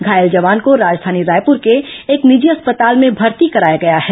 घायल जवान को राजधानी रायपुर के एक निजी अस्पताल में भर्ती कराया गया है